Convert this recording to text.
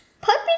puppy